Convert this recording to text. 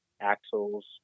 Axles